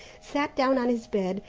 sat down on his bed,